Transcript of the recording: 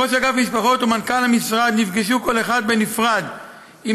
ראש אגף משפחות ומנכ"ל המשרד נפגשו כל אחד בנפרד עם